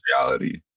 reality